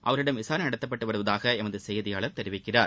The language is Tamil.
அவர்களிடம் விசாரணை நடத்தப்பட்டு வருவதாக எமது செய்தியாளர் தெரிவிக்கிறார்